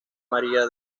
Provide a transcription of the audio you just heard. maría